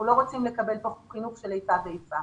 אנחנו לא רוצים לקבל כאן חינוך של איפה ואיפה.